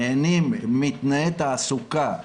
נהנים מתנאי תעסוקה,